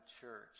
church